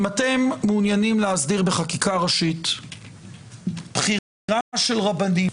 אם אתם מעוניינים להסדיר בחקיקה ראשית בחירה של רבנים